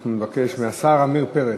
אנחנו נבקש מהשר עמיר פרץ,